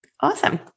Awesome